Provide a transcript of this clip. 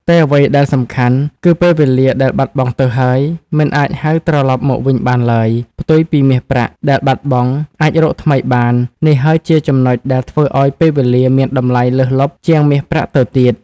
តែអ្វីដែលសំខាន់គឺ ពេលវេលាដែលបាត់បង់ទៅហើយ មិនអាចហៅត្រឡប់មកវិញបានឡើយ ផ្ទុយពីមាសប្រាក់ដែលបាត់បង់អាចរកថ្មីបាន នេះហើយជាចំណុចដែលធ្វើឲ្យពេលវេលាមានតម្លៃលើសលប់ជាងមាសប្រាក់ទៅទៀត។